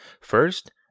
First